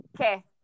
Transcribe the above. Okay